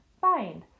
Find